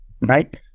right